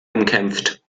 umkämpft